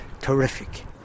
terrific